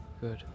good